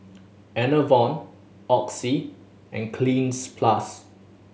Enervon Oxy and Cleanz Plus